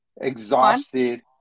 exhausted